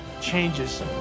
changes